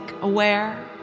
aware